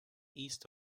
east